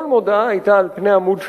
כל מודעה היתה על פני עמוד שלם,